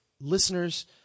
listeners